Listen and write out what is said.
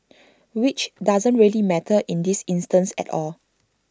which doesn't really matter in this instance at all